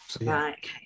Right